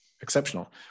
exceptional